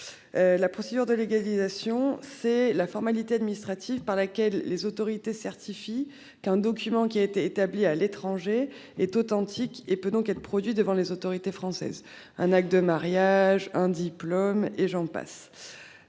La procédure de légalisation. C'est la formalité administrative par laquelle les autorités certifie qu'un document qui a été établi à l'étranger est authentique et peut donc être produit devant les autorités françaises. Un acte de mariage, un diplôme et j'en passe.